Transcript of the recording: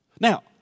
Now